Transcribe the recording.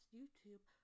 YouTube